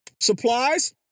supplies